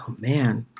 man